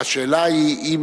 השאלה היא,